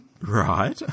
Right